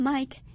Mike